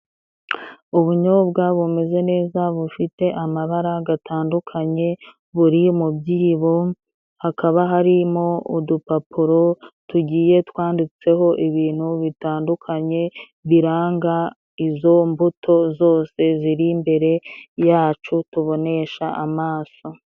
Ubunyobwa bumeze neza bufite amabara gatandukanye, buri mu byibo. Hakaba harimo udupapuro tugiye twanditseho ibintu bitandukanye biranga izo mbuto zose ziri imbere yacu, tubonesha amaso.